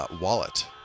wallet